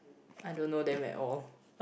I don't know them at all